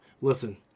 Listen